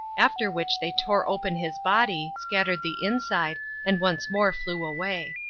after which they tore open his body, scattered the inside and once more flew away.